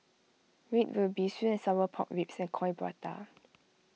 Red Ruby Sweet and Sour Pork Ribs and Coin Prata